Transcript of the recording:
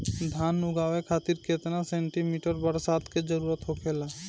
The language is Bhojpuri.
धान उगावे खातिर केतना सेंटीमीटर बरसात के जरूरत होखेला?